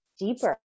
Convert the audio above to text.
deeper